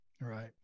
Right